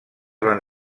van